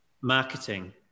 Marketing